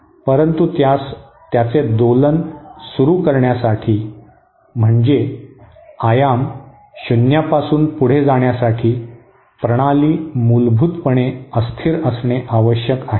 परंतु त्यास त्याचे दोलन सुरू करण्यासाठी म्हणजे आयाम शून्यापासून पुढे जाण्यासाठी प्रणाली मूलभूतपणे अस्थिर असणे आवश्यक आहे